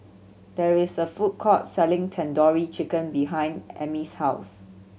there is a food court selling Tandoori Chicken behind Emile's house